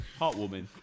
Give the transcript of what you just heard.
Heartwarming